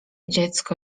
dziecko